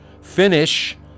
Finish